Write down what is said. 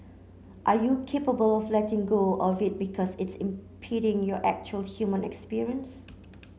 are you capable of letting go of it because it's impeding your actual human experience